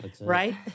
right